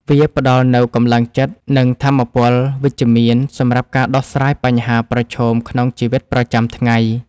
វាផ្ដល់នូវកម្លាំងចិត្ត និងថាមពលវិជ្ជមានសម្រាប់ការដោះស្រាយបញ្ហាប្រឈមក្នុងជីវិតប្រចាំថ្ងៃ។